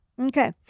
Okay